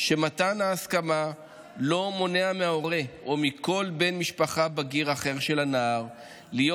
שמתן ההסכמה לא מונע מההורה או מכל בן משפחה בגיר אחר של הנער להיות